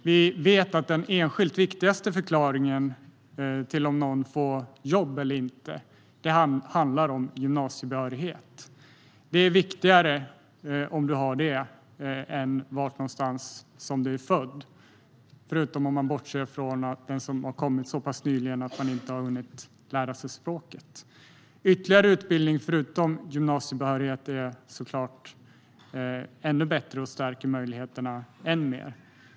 Vi vet att den enskilt viktigaste förklaringen till om någon får jobb eller inte handlar om gymnasiebehörighet. Det är viktigare om du har det än var någonstans som du är född, om man bortser från dem som kommit så pass nyligen att de inte har hunnit lära sig språket. Ytterligare utbildning förutom gymnasiebehörighet är såklart ännu bättre och stärker möjligheterna än mer.